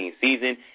season